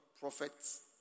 prophets